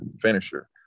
finisher